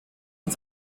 und